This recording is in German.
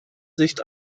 sicht